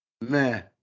Man